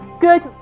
Good